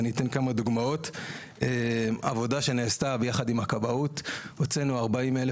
אתן כמה דוגמאות: בעבודה שנעשתה יחד הכבאות הוצאנו 40,000